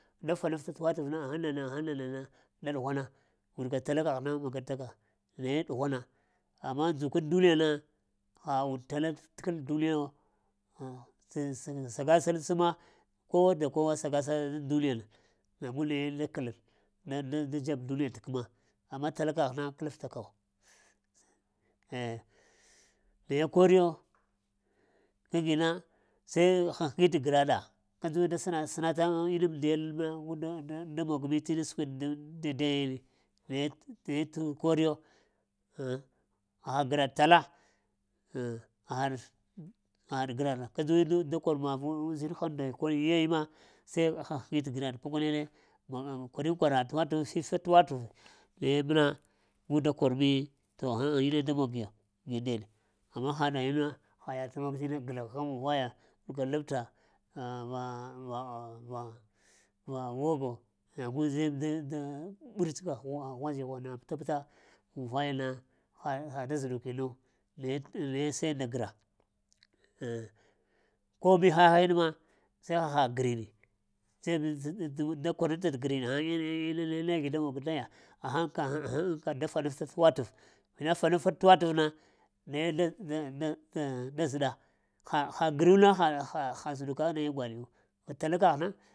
Da faɗafalt watav na agh nana, aghŋ nana da ɗughwana, wurka tala kəghna magata ka naye ɗughwana, amma dzukaŋ duniya na ha und tala təkal duniyawo ah sagasal səma kowa da kowa, sagasaŋ duniyana, nagu naye dakal da dzeb duniya dat-kəma, amma taka kagh na, kəlaftakawo, eh, naye koriyo, kagina seh həgani tə graɗa kadzuwi da sənata ŋ innamdiya da mog mee ti inna skweɗ koriyo, aha graɗ tala ah-ahɗ graɗa kadzuwi da, se han-higi tə graɗ pakuneɗe kwarin-kwara tə watəv, fifa tə watev naye məna gu da kor-nu to, aghŋ naya da mogiya ge ndeɗe, amma ha nayuna haiya tə mon tə inna gragh muvaya wuka labta vaa ogo nagu dzeb daŋ ɓurts ka ghwa zighwana pəta-pəta muvayana ha-hada zuɗukinu naye-naye say nda graa, ah ko mihahe nəma say haha grini sai da kwarantəɗat grini aghŋ na negi da mon ndaya, ahghaŋ, aka ka da faɗafta tə watəv vita faɗafaɗ tə watəv na naye na-na zəɗa ha-ha gruna ha-ha zuɗuka naya gwaɗ-yu təla kəghna.